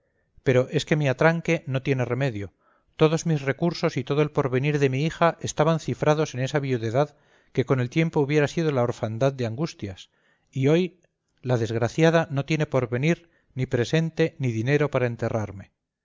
pero es que mi atranque no tiene remedio todos mis recursos y todo el porvenir de mi hija estaban cifrados en esa viudedad que con el tiempo hubiera sido la orfandad de angustias y hoy la desgraciada no tiene porvenir ni presente ni dinero para enterrarme